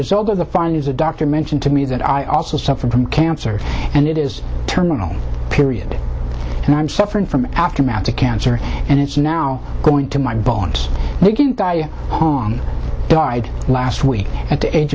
result of the foreigners a doctor mentioned to me that i also suffer from cancer and it is terminal period and i'm suffering from aftermath to cancer and it's now going to my bones they can die hong died last week at the age